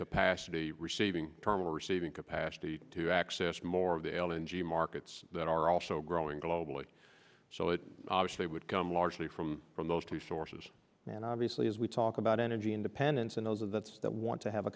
capacity receiving or receiving capacity to access more of the l n g markets that are also growing globally so it obviously would come largely from from those two sources and obviously as we talk about energy independence and those and that's that want to have a